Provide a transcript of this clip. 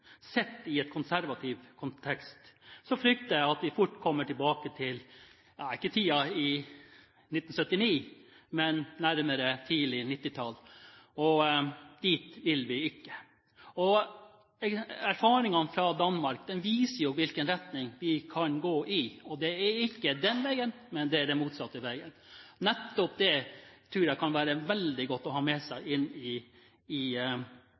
sett i en konservativ kontekst, frykter jeg at vi fort kommer tilbake til ikke tiden i 1979, men nærmere tidlig 1990-tall, og dit vil vi ikke. Erfaringene fra Danmark viser jo i hvilken retning vi kan gå, og det er ikke den veien, men det er den motsatte veien. Nettopp det tror jeg det kan være veldig godt å ha med seg inn i